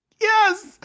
Yes